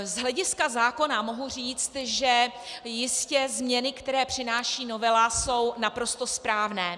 Z hlediska zákona mohu říct, že jistě změny, které přináší novela, jsou naprosto správné.